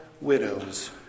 widows